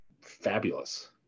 fabulous